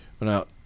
Now